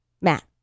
Matt